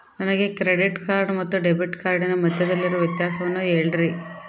ನನಗೆ credit card ಮತ್ತು debit ಕಾರ್ಡಿನ ಮಧ್ಯದಲ್ಲಿರುವ ವ್ಯತ್ಯಾಸವನ್ನು ಹೇಳ್ರಿ?